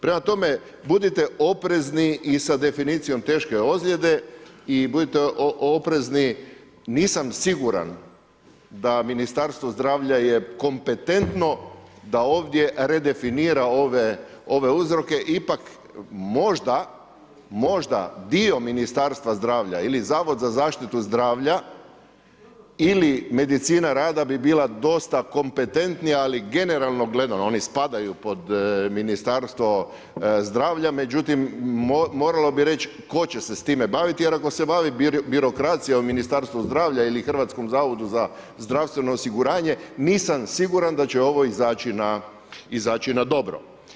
Prema tome, budite oprezni i sa definicijom teške ozljede i budite oprezni, nisam siguran da Ministarstvo zdravlja je kompetentno da ovdje redefinira ove uzroke, ipak možda dio Ministarstva zdravlja ili Zavod za zaštitu zdravlja ili Medicina rada bi bila dosta kompetentnija ali generalno gledano, oni spadaju pod Ministarstvo zdravlja međutim moralo bi reći tko će se s time baviti jer ako se bavi birokracija u Ministarstvu zdravlja ili HZZO-u, nisam siguran da će ovo izaći na dobro.